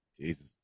Jesus